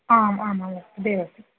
आम् आम् आं तदेव अस्ति